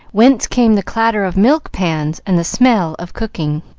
whence came the clatter of milk-pans and the smell of cooking